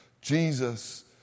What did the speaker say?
Jesus